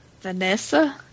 Vanessa